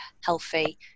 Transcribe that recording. healthy